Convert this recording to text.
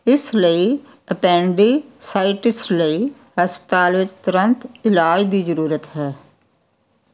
ਇਸ ਲਈ ਐਪੈਂਡਿਸਾਈਟਿਸ ਲਈ ਹਸਪਤਾਲ ਵਿੱਚ ਤੁਰੰਤ ਇਲਾਜ ਦੀ ਜ਼ਰੂਰਤ ਹੈ